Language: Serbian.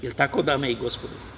Je li tako, dame i gospodo?